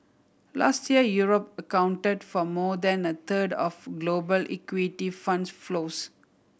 last year Europe accounted for more than a third of global equity funds flows